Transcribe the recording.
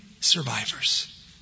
survivors